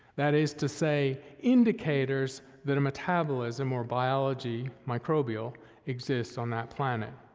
that is to say indicators that a metabolism or biology microbial exists on that planet.